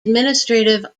administrative